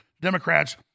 Democrats